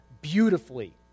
beautifully